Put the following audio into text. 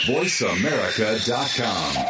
VoiceAmerica.com